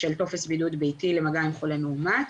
של טופס בידוד ביתי למגע עם חולה מאומת,